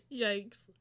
Yikes